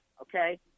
okay